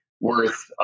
worth